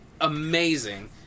amazing